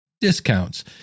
discounts